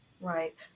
right